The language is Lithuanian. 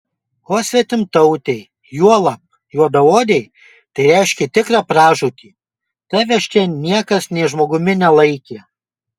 o svetimtautei juolab juodaodei tai reiškė tikrą pražūtį tavęs čia niekas nė žmogumi nelaikė